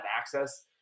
access